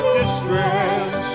distress